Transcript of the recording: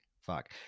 fuck